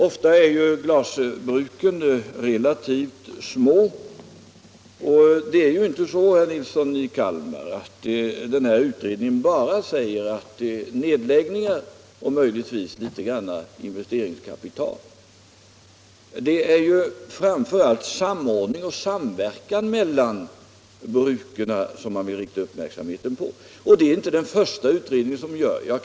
Ofta är glasbruken relativt små. Och det är inte så, herr Nilsson i Kalmar, att utredningen bara talar om nedläggningar och möjligtvis litet investeringskapital — det är framför allt behovet av samordning och samverkan mellan bruken som man vill rikta uppmärksamheten på. Detta är inte den första utredning beträffande branschen som görs.